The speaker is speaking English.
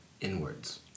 inwards